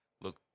look